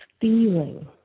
feeling